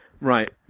right